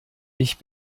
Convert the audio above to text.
ich